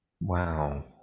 Wow